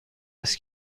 است